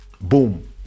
Boom